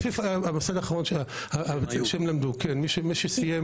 לפי המוסד האחרון שבו הם למדו, מי שסיים